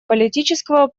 политического